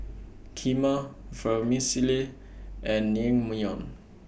Kheema Vermicelli and Naengmyeon